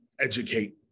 educate